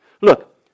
Look